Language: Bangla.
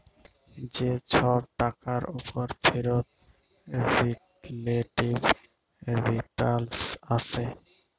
যে ছব টাকার উপর ফিরত রিলেটিভ রিটারল্স আসে